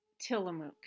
Tillamook